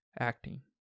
acting